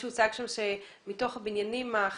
הוצג שם שמתוך הבניינים החדשים,